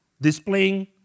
displaying